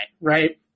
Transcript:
right